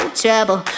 trouble